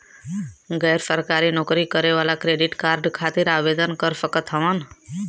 गैर सरकारी नौकरी करें वाला क्रेडिट कार्ड खातिर आवेदन कर सकत हवन?